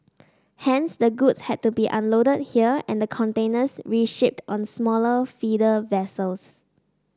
hence the goods had to be unloaded here and the containers reshipped on smaller feeder vessels